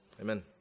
amen